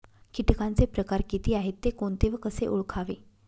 किटकांचे प्रकार किती आहेत, ते कोणते व कसे ओळखावे?